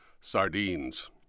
Sardines